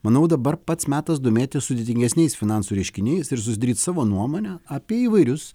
manau dabar pats metas domėtis sudėtingesniais finansų reiškiniais ir susidaryt savo nuomonę apie įvairius